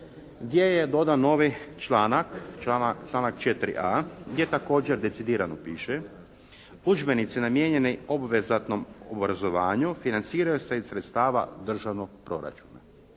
gdje je dodan novi članak, članak 4.a gdje također decidirano piše: «Udžbenici namijenjeni obvezatnom obrazovanju financiraju se iz sredstava državnog proračuna.»